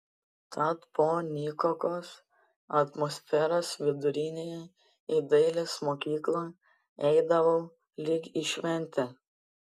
tad po nykokos atmosferos vidurinėje į dailės mokyklą eidavau lyg į šventę